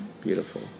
Beautiful